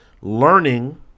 learning